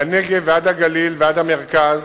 מהנגב ועד הגליל ועד המרכז,